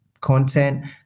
content